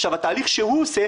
עכשיו התהליך שהוא עושה,